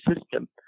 system